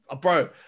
Bro